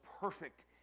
perfect